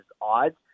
odds